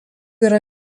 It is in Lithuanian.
yra